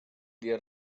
their